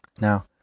Now